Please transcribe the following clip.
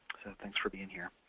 thanks for being here.